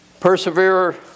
Persevere